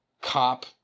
cop